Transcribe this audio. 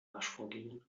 waschvorgängen